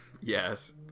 Yes